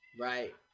Right